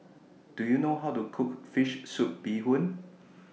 Do YOU know How to Cook Fish Soup Bee Hoon